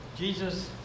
Jesus